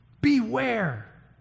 beware